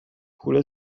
پول